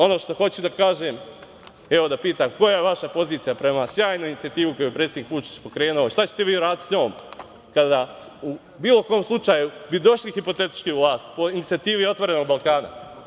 Ono što hoću da kažem, evo, da pitam - koja je vaša pozicija prema sjajnoj inicijativi koju je predsednik Vučić pokrenuo, šta ćete vi uraditi sa njom kada u bilo kom slučaju bi došli hipotetički na vlast po inicijativi "Otvorenog Balkana"